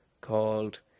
called